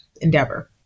endeavor